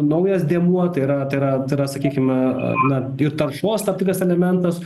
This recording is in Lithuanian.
naujas dėmuo tai yra tai yra tai yra sakykime na ir taršos tam tikras elementas